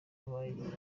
babaye